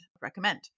recommend